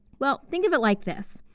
well, think of it like this.